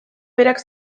berak